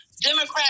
Democrats